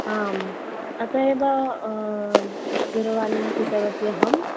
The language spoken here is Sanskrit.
आम् अतः एव दूरवाणीं कृतवती अहं